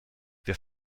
wir